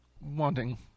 Wanting